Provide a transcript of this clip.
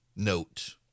Note